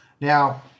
Now